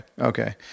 Okay